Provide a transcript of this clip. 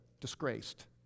disgraced